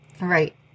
right